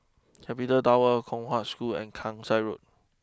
capital Tower Kong Hwa School and Kasai Road